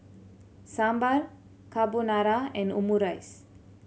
Sambar Carbonara and Omurice